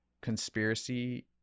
conspiracy